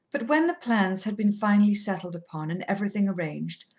but when the plans had been finally settled upon and everything arranged,